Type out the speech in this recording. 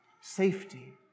safety